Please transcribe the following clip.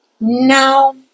No